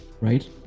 right